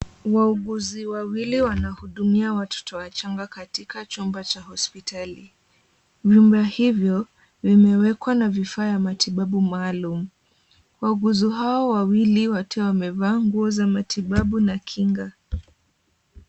Wauguzi wawili wanatumia watoto wachanga katika chumba cha hospitali. Vyumba hivyo vimewekwa na vifaa ya matibabu maalum. Wauguzi hao wote wawili wamevaa nguo za matibabu na kinga.